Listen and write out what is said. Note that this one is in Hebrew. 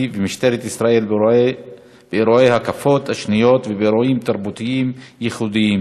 ומשטרת ישראל באירועי ההקפות השניות ובאירועי תרבות ייחודיים,